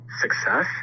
success